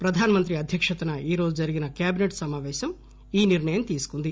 ప్రధానమంత్రి అధ్యక్షతన ఈరోజు జరిగిన క్యాబినెట్ సమాపేశం ఈ నిర్ణయం తీసుకుంది